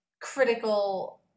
critical